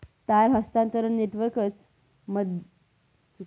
तार हस्तांतरण नेटवर्कच माध्यम संपत्तीचं एक इलेक्ट्रॉनिक हस्तांतरण आहे